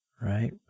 right